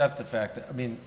that the fact that i mean